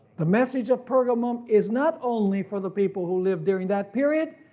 the message of pergamum is not only for the people who live during that period,